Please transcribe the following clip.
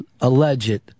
alleged